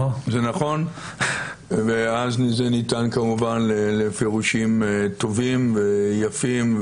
זה ניתן כמובן לפירושים טובים ויפים,